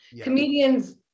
comedians